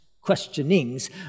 questionings